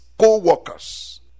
co-workers